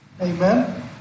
Amen